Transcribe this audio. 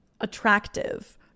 attractive